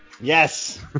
Yes